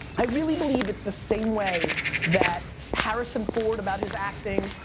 i really believe it's the same way that harrison ford about his acting,